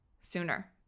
sooner